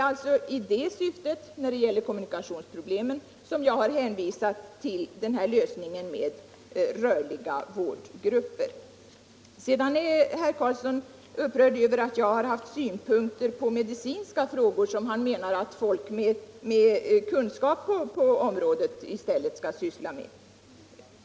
Beträffande kommunikationsproblemen har jag alltså hänvisat till den här lösningen med rörliga vårdgrupper. Herr Carlsson i Vikmanshyttan var också upprörd över att jag har synpunkter på medicinska frågor, som han menar att i stället folk med kunskap på området skall syssla med.